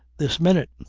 this minute.